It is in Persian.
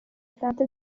سمت